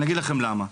אני אגיד לכם למה.